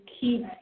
keep